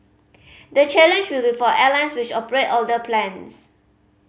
the challenge will be for airlines which operate older planes